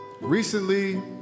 Recently